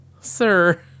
sir